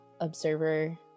observer